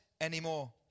anymore